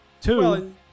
Two